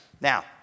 Now